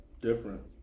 different